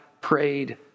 prayed